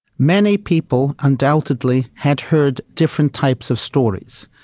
many people undoubtedly had heard different types of stories.